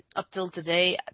up until today,